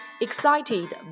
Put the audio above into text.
Excited